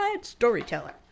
storyteller